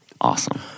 awesome